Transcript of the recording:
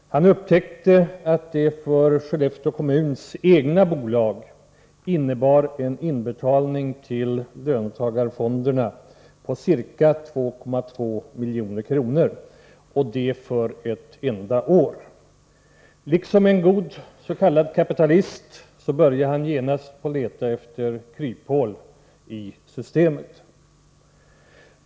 Han upptäckte att det för Skellefteå kommuns egna bolag innebar en inbetalning till löntagarfonderna med ca 2,2 milj.kr., och det för ett enda år. Liksom en god s.k. kapitalist började han genast leta efter kryphål i systemet.